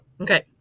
Okay